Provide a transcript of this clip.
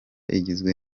igizwe